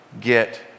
get